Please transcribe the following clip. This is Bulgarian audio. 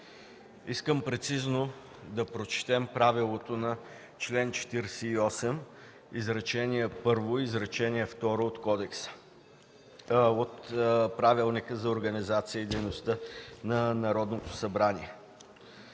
искам прецизно да прочетем правилото на чл. 48, изречения първо и второ от Правилника за организацията и дейността на Народното събрание.